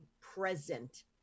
present